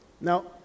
Now